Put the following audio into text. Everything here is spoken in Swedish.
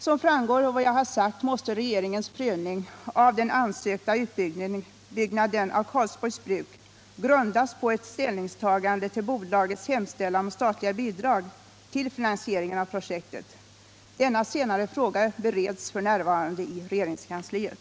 Som framgår av vad jag har sagt måste regeringens prövning av den ansökta utbyggnaden av Karlsborgs bruk grundas på ett ställningstagande till bolagets hemställan om statliga bidrag till finansieringen av projektet. Denna senare fråga bereds f.n. i regeringskansliet.